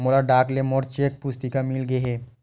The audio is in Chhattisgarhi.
मोला डाक ले मोर चेक पुस्तिका मिल गे हे